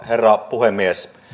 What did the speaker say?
herra puhemies